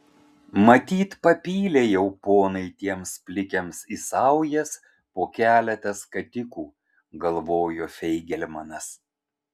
matyt papylė jau ponai tiems plikiams į saujas po keletą skatikų galvojo feigelmanas